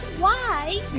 why